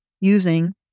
using